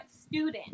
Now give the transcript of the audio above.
student